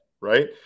right